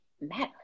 matter